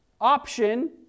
option